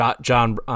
John